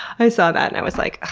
i saw that and i was like,